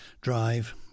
drive